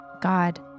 God